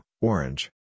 orange